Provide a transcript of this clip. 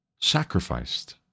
sacrificed